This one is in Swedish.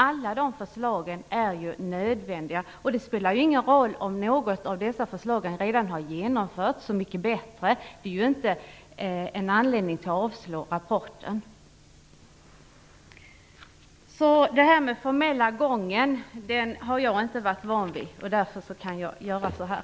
Alla förslag är nödvändiga. Det spelar ingen roll om något av dessa förslag redan har genomförts - så mycket bättre. Det är ingen anledning att avslå rapporten. Jag är inte van vid den formella gången, och därför kan jag göra så här.